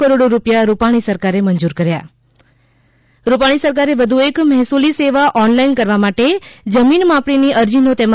કરોડ રૂપિયા રૂપાણી સરકારે મંજૂર કર્યા રૂપાણી સરકારે વધુ એક મહેસૂલી સેવા ઓનલાઈન કરવા માટે જમીન માપણીની અરજી નો તેમાં